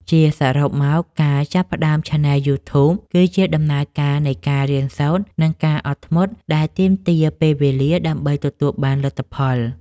ជាសរុបមក ការចាប់ផ្តើមឆានែលយូធូប គឺជាដំណើរការនៃការរៀនសូត្រ និងការអត់ធ្មត់ដែលទាមទារពេលវេលាដើម្បីទទួលបានលទ្ធផល។